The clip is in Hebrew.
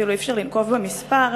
ואפילו אי-אפשר לנקוב במספר,